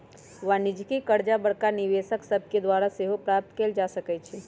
वाणिज्यिक करजा बड़का निवेशक सभके द्वारा सेहो प्राप्त कयल जा सकै छइ